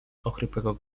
ochrypłego